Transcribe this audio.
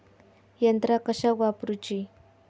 यंत्रा कशाक वापुरूची?